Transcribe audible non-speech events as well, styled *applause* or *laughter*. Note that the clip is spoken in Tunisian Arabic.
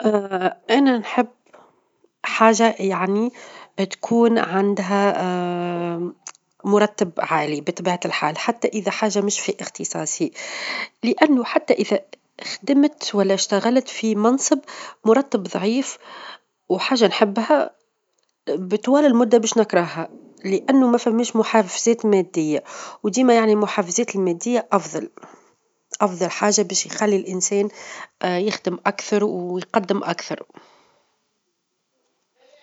ا<> أنا نحب حاجة يعني تكون عندها *hesitation* مرتب عالي بطبيعة الحال حتى إذا حاجة مش في اختصاصي؛ لأنه حتى إذا خدمت، ولا اشتغلت في منصب مرتب ظعيف، وحاجة نحبها بطوال المدة باش نكرهها؛ لأنه ما فماش محفزات مادية، وديما يعنى المحفزات المادية أفظل، أفظل حاجة باش يخلى الإنسان *hesitation* يخدم أكثر، ويقدم أكثر.